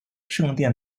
圣殿